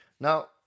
Now